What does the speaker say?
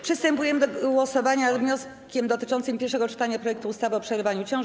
Przystępujemy do głosowania nad wnioskiem dotyczącym pierwszego czytania projektu ustawy o przerywaniu ciąży.